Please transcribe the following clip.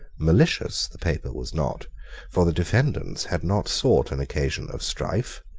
malicious the paper was not for the defendants had not sought an occasion of strife,